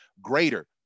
greater